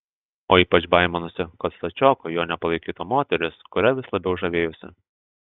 o ypač baiminosi kad stačioku jo nepalaikytų moteris kuria vis labiau žavėjosi